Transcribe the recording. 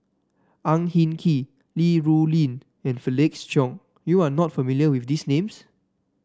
Ang Hin Kee Li Rulin and Felix Cheong you are not familiar with these names